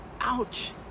ouch